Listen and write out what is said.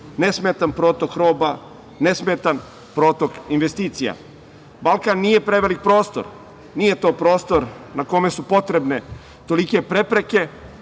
nesmetan protok roba, nesmetan protok investicija. Balkan nije prevelik prostor. Nije to prostor na kome su potrebne tolike prepreke.